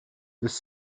this